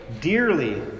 dearly